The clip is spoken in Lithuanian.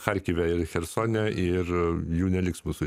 tarkime chersone ir jų neliks mūsų